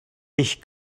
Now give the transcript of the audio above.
ich